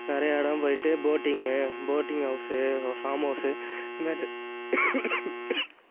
நிறையா இடம் போயிட்டு போட்டிங்கு போட்டிங் ஹவுஸு ஃபார்ம் ஹவுஸு இது மாதிரி